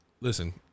Listen